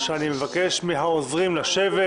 אני מבקש מהעוזרים לשבת.